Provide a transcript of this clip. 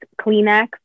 Kleenex